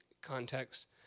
context